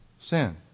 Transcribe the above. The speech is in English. sin